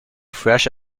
fresh